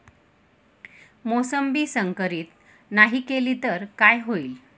मोसंबी संकरित नाही केली तर काय होईल?